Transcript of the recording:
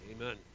Amen